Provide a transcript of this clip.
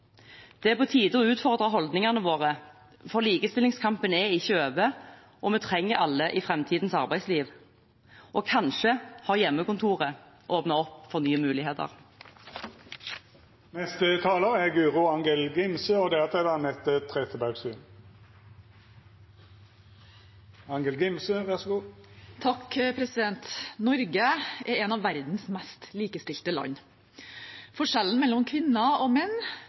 Det er på tide å utfordre holdningene våre, for likestillingskampen er ikke over, og vi trenger alle i framtidens arbeidsliv. Og kanskje har hjemmekontoret åpnet opp for nye muligheter. Norge er et av verdens mest likestilte land. Forskjellen mellom kvinner og menn reduseres år for år. Men skattelistene er en sørgelig påminnelse om hvor skoen fortsatt trykker. Det er langt igjen før kvinner